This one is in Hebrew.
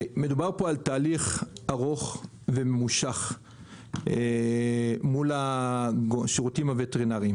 מדובר פה על תהליך ארוך וממושך מול השירותים הווטרינריים